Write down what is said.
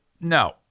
no